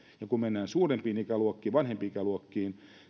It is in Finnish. ja kun mennään vanhempiin ikäluokkiin vanhempiin ikäluokkiin